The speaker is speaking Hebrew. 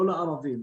לא לערבים.